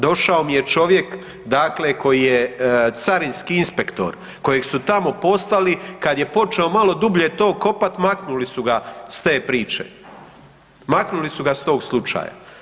Došao mi je čovjek dakle koji je carinski inspektor kojeg su tamo postavili, kad je počeo malo dublje to kopat, maknuli su ga s te priče, maknuli su ga s tog slučaja.